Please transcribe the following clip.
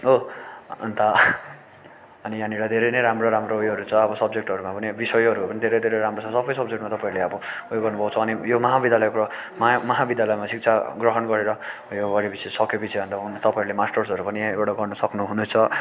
हो अन्त अनि यहाँनिर धेरै नै राम्रो राम्रो उयोहरू छ अब सब्जेक्टहरूमा पनि विषयहरू पनि धेरै धेरै राम्रो छ सबै सब्जेक्टमा तपाईँहरोले अब उयो गर्नु पउँछ अनि यो महाविद्यालयको माया महाविद्यालयमा शिक्षा ग्रहण गरेर उयो गरेपछि सकेपछि अन्त तपाईँहरूले मास्टर्सहरू पनि यहीँबाट गर्नु सक्नु हुनेछ